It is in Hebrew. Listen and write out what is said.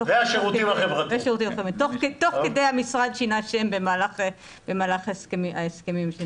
תוך כדי, במהלך ההסכמים,